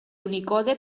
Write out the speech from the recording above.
unicode